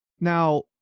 Now